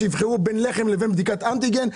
שיבחרו בין לחם לבין בדיקת אנטיגן?